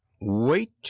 Wait